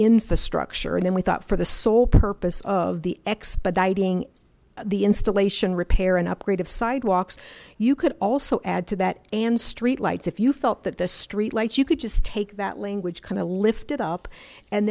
infrastructure and then we thought for the sole purpose of the expediting the installation repair and upgrade of sidewalks you could also add to that and street lights if you felt that the street lights you could just take that language kind of lift it up and